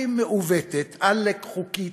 הכי מעוותת, עלק חוקית,